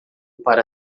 para